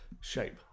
shape